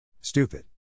Stupid